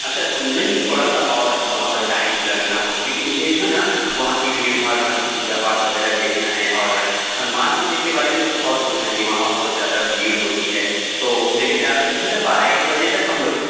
اچھا نہیں تھوڑا سا اوڈ وہاں پر ٹائم لگانا ہوگا کیونکہ مجھے یہ جو ہے نا وہاں کی بھیڑ باڑ وہاں کی پوجا پاٹھ وغیرہ دیکھنا ہے اور ہنومان مندر کے بارے میں بہت سنا ہے کہ وہاں بہت زیادہ بھیڑ ہوتی ہے تو میرے خیال سے جو ہے نا بارہ ایک بجے تک ہم لوگ